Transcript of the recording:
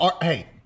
hey